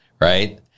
right